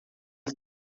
que